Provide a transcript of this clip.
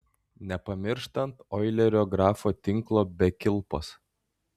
nepamirštant oilerio grafo tinklo be kilpos